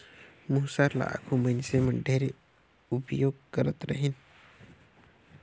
मूसर ल आघु मइनसे मन ढेरे उपियोग करत रहिन